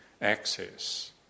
access